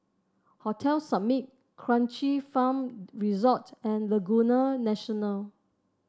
Hotel Summit Kranji Farm Resort and Laguna National